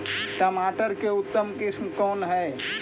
टमाटर के उतम किस्म कौन है?